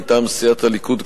מטעם סיעת הליכוד,